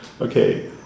Okay